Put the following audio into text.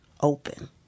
open